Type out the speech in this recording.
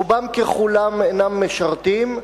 רובם ככולם אינם משרתים,